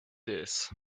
this